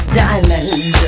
diamonds